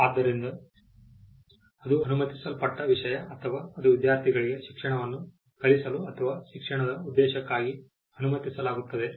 ಆದ್ದರಿಂದ ಅದು ಅನುಮತಿಸಲ್ಪಟ್ಟ ವಿಷಯ ಅಥವಾ ಅದು ವಿದ್ಯಾರ್ಥಿಗಳಿಗೆ ಶಿಕ್ಷಣವನ್ನು ಕಲಿಸಲು ಅಥವಾ ಶಿಕ್ಷಣದ ಉದ್ದೇಶಕ್ಕಾಗಿ ಅನುಮತಿಸಲಾಗುತ್ತದೆ